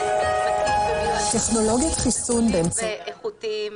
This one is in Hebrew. מצוותים ומיועצים משפטיים מעולים ואיכותיים,